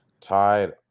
tied